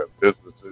businesses